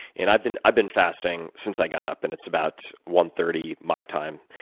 and i've been i've been fasting since i got up, and it's about one thirty my time,